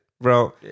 bro